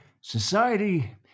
Society